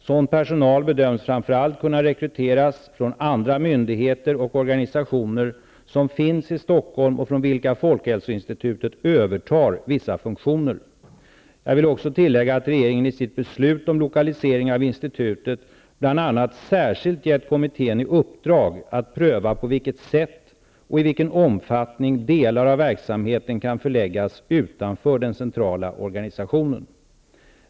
Sådan personal bedöms framför allt kunna rekryteras från andra myndigheter och organisationer som finns i Stockholm och från vilka folkhälsoinstitutet övertar vissa funktioner. Jag vill också tillägga att regeringen i sitt beslut om lokalisering av institutet bl.a. särskilt gett kommittén i uppdrag att pröva på vilket sätt och i vilken omfattning delar av verksamheten kan förläggas utanför den centrala organisationen.